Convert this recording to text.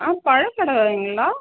ஆ பழக்கடைங்களா